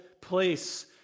place